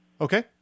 Okay